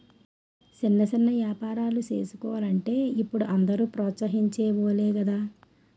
సిన్న సిన్న ఏపారాలు సేసుకోలంటే ఇప్పుడు అందరూ ప్రోత్సహించె వోలే గదా